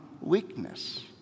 weakness